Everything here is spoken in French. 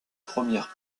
premières